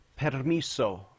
permiso